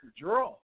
draw